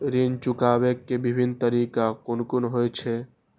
ऋण चुकाबे के विभिन्न तरीका कुन कुन होय छे?